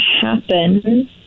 happen